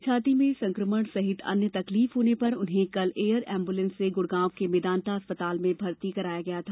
छाती में संक्रमण सहित अन्य तकलीफ होने पर उन्हें कल एयर एम्बुलेंस से गुडगांव के मेदान्ता अस्पताल में भर्ती किया गया था